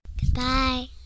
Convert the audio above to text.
goodbye